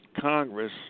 Congress